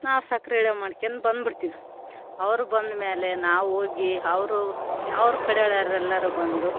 ನಾವು ಸಕ್ರೆ ಇಳೆವು ಮಾಡ್ಕೇಂಡು ಬಂದ್ಬುಡ್ತಿವಿ ಅವರು ಬಂದಮೇಲೆ ನಾವು ಹೋಗಿ ಅವ್ರು ಅವ್ರ ಕಡೆಲ್ ಯಾರು ಎಲ್ಲರು ಬಂದು